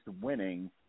winning